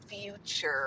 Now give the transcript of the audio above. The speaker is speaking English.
future